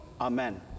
Amen